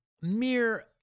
mere